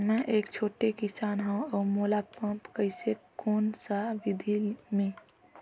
मै एक छोटे किसान हव अउ मोला एप्प कइसे कोन सा विधी मे?